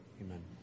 amen